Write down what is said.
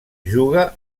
juga